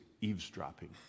eavesdropping